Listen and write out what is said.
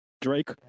Drake